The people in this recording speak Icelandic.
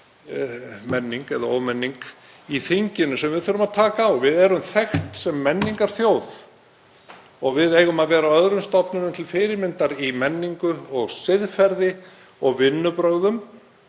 menning eða ómenning sem við þurfum að taka á. Við erum þekkt sem menningarþjóð og við eigum að vera öðrum stofnunum til fyrirmyndar í menningu og siðferði og vinnubrögðum.